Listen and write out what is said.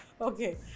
Okay